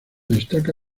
destaca